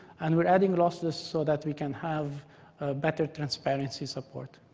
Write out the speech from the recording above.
and we're adding lossless so that we can have better transparency support.